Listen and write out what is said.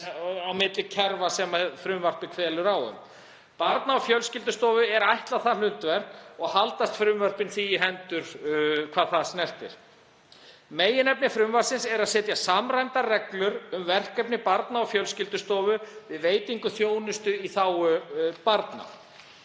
á milli kerfa sem frumvarpið kveður á um. Barna- og fjölskyldustofu er ætlað það hlutverk og haldast frumvörpin því í hendur hvað það snertir. Meginefni frumvarpsins er að setja samræmdar reglur um verkefni Barna- og fjölskyldustofu við veitingu þjónustu í þágu barna.